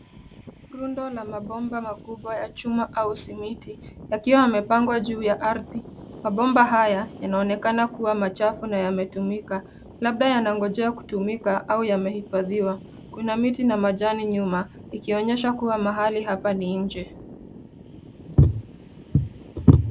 Rundo yl mabomba makubwa ya chuma aua simiti yakiwa yamepangwa juu ya ardhi. Mabomba haya yanaonekana kuwa machafu na yametumika labda yanangojea kutumika au yamehifadhiwa. Kuna miti na majani nyuma ikionyedha kuwa mahali hapa ni nje.